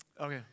Okay